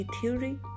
theory